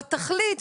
בתכלית,